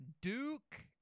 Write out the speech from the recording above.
Duke